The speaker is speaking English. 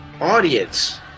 audience